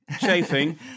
chafing